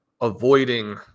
avoiding